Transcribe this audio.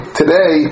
today